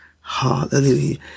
Hallelujah